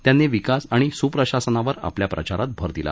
त्यांनी विकास आणि सुप्रशासनावर आपल्या प्रचारात भर दिला